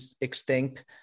extinct